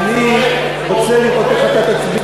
אני רוצה לראות איך אתה תצביע,